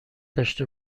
داشته